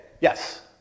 Yes